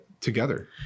together